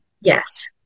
Yes